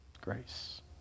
Grace